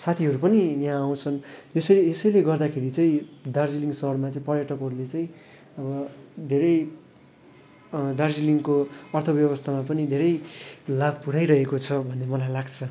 साथीहरू पनि यहाँ आउँछन् यसै यसैले गर्दाखेरि चाहिँ दार्जिलिङ सहरमा चाहिँ पर्यटकहरूले चाहिँ अब धेरै दार्जिलिङको अर्थ बेवस्थामा पनि धेरै लाभ पुराइरहेको छ भन्ने मलाई लाग्छ